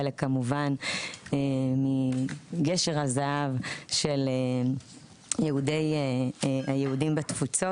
חלק כמובן מגשר הזהב של היהודים בתפוצות,